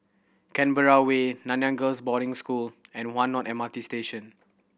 Canberra Way Nanyang Girls' Boarding School and One North M R T Station